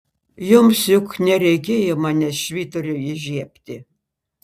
jums juk nereikėjo manęs švyturiui įžiebti